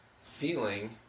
feeling